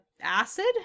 acid